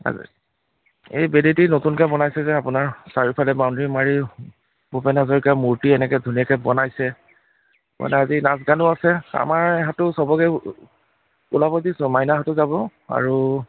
এই বেদেতিত নতুনকৈ বনাইছে যে আপোনাৰ চাৰিওফালে বাউণ্ডেৰী মাৰি ভূপেন হাজৰিকাৰ মূৰ্তি এনেকৈ ধুনীয়াকৈ বনাইছে মানে আজি নাচ গানো আছে আমাৰ ইহঁতো চবকে ওলাব দিছোঁ মাইনাহঁতো যাব আৰু